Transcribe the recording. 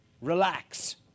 Relax